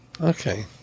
Okay